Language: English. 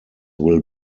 will